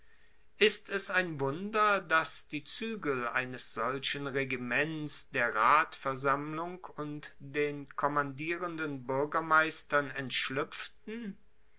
ist es ein wunder dass die zuegel eines solchen regiments der ratversammlung und den kommandierenden buergermeistern entschluepften